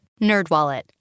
NerdWallet